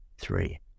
three